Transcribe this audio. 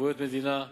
וערבויות המדינה.